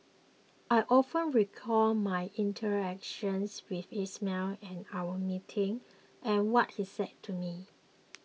I often recall my interactions with Ismail and our meetings and what he said to me